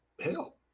Hell